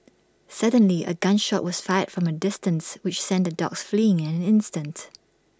suddenly A gun shot was fired from A distance which sent the dogs fleeing in an instant